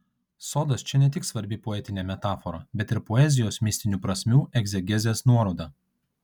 sodas čia ne tik svarbi poetinė metafora bet ir poezijos mistinių prasmių egzegezės nuoroda